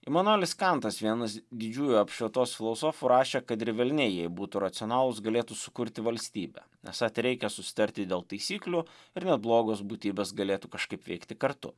imanuelis kantas vienas didžiųjų apšvietos filosofų rašė kad ir velniai jei būtų racionalūs galėtų sukurti valstybę esą tereikia susitarti dėl taisyklių ir net blogos būtybės galėtų kažkaip veikti kartu